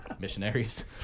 missionaries